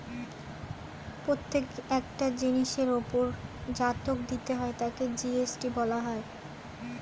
প্রত্যেকটা জিনিসের উপর জাকাত দিতে হয় তাকে জি.এস.টি বলা হয়